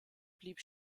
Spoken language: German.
blieb